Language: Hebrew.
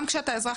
גם כשאתה אזרח,